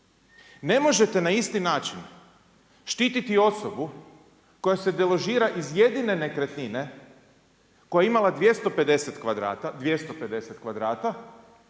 Ne možete na isti način štititi osobu koja se deložira iz jedine nekretnine, koja je imala 250 kvadrata,